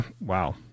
wow